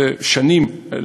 זה שנים,